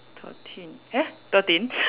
thirteen eh thirteen